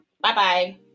Bye-bye